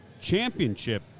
championship